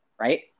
right